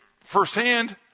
firsthand